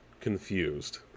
confused